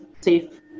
safe